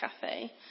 Cafe